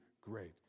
great